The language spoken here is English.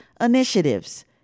initiatives